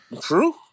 True